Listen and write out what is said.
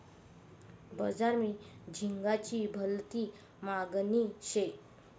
बजार मा झिंगाची भलती मागनी शे